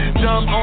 dumb